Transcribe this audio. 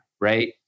right